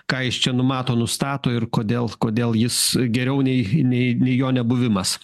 ką jis čia numato nustato ir kodėl kodėl jis geriau nei nei nei jo nebuvimas